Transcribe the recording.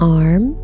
arm